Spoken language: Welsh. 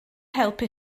helpu